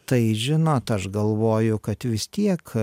tai žinot aš galvoju kad vis tiek